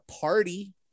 party